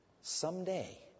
Someday